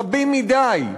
רבים מדי,